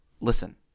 Listen